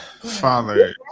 Father